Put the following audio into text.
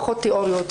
פחות תיאוריות.